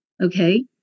Okay